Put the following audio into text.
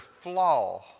flaw